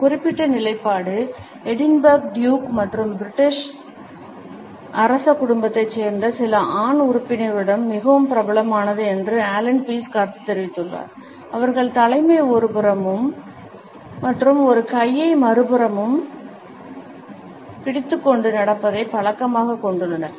இந்த குறிப்பிட்ட நிலைப்பாடு எடின்பர்க் டியூக் மற்றும் பிரிட்டிஷ் அரச குடும்பத்தைச் சேர்ந்த சில ஆண் உறுப்பினர்களிடமும் மிகவும் பிரபலமானது என்று ஆலன் பீஸ் கருத்து தெரிவித்துள்ளார் அவர்கள் தலையை ஒருபுறமும் மற்றும் ஒரு கையை மறுபுறமும் பிடித்துக் கொண்டு நடப்பதைப் பழக்கமாகக் கொண்டுள்ளனர்